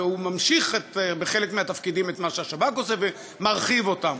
והוא ממשיך בחלק מהתפקידים את מה שהשב"כ עושה ומרחיב אותם.